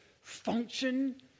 function